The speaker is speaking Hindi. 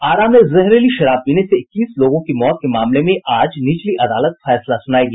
आरा में जहरीली शराब पीने से इक्कीस लोगों की मौत के मामले में आज निचली अदालत फैसला सुनायेगी